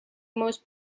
most